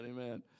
amen